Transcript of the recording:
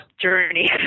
journey